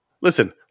Listen